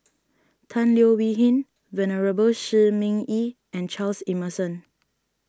Tan Leo Wee Hin Venerable Shi Ming Yi and Charles Emmerson